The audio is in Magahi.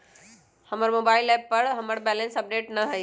हमर मोबाइल एप पर हमर बैलेंस अपडेट न हई